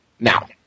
now